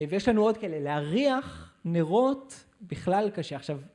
ויש לנו עוד כאלה, להריח נרות בכלל קשה.